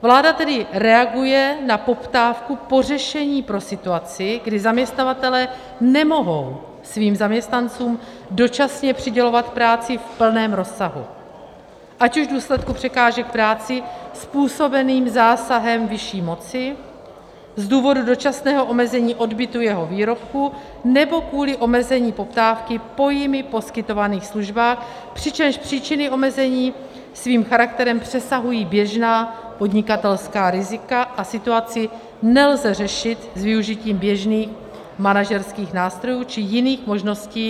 Vláda tedy reaguje na poptávku po řešení pro situaci, kdy zaměstnavatelé nemohou svým zaměstnancům dočasně přidělovat práci v plném rozsahu, ať už v důsledku překážek v práci způsobených zásahem vyšší moci, z důvodu dočasného omezení odbytu jeho výrobků nebo kvůli omezení poptávky po jimi poskytovaných službách, přičemž příčiny omezení svým charakterem přesahují běžná podnikatelská rizika a situaci nelze s využitím běžných manažerských nástrojů či jiných možností